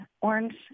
orange